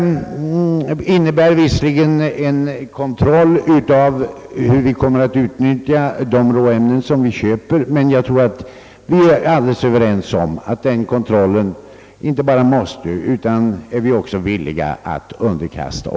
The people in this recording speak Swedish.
Detta innebär visserligen en kontroll av hur vi kommer att utnyttja de råämnen som vi köper, men jag tror att vi är alldeles överens om att vi inte bara måste underkasta oss den kontrollen utan att vi också är villiga att göra det.